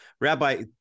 Rabbi